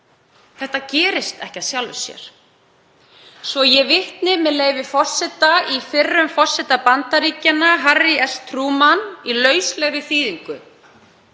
Það gerist ekki af sjálfu sér, svo ég vitni, með leyfi forseta, í fyrrum forseta Bandaríkjanna, Harry S. Truman, í lauslegri þýðingu: